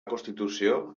constitució